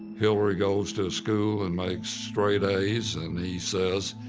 hillary goes to school and makes straight a's and he says,